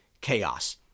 chaos